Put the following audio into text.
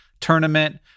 tournament